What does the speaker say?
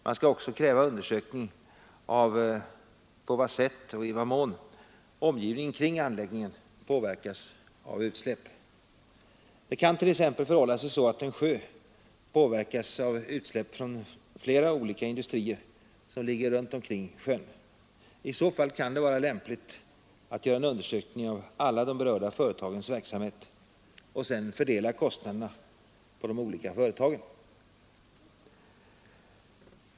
Man skall också kunna kräva undersökning av på vad sätt och i vad mån omgivningen kring anläggningen påverkas av utsläppen. Det kan t.ex. förhålla sig så att en sjö påverkas av utsläpp från flera olika industrier som ligger runt omkring sjön. I så fall kan det vara lämpligt att göra en undersökning av alla de berörda företagens verksamhet och sedan fördela kostnaderna på de olika företagen.